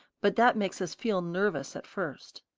but that makes us feel nervous at first.